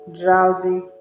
drowsy